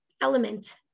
element